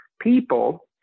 people